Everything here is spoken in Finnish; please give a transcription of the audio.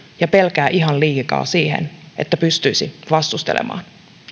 ja pelkää ihan liikaa niin että ei pysty vastustelemaan